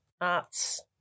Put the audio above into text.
arts